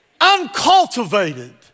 uncultivated